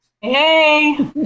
Hey